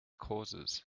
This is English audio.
causes